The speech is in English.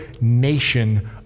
nation